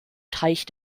teich